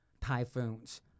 Typhoons